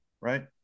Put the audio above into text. right